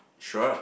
sure